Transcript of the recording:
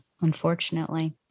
unfortunately